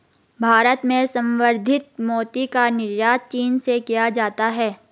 भारत में संवर्धित मोती का निर्यात चीन से किया जाता है